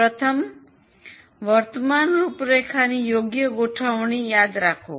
પ્રથમ વર્તમાન રૂપરેખાની યોગ્ય ગોઠવણી યાદ રાખો